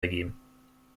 ergeben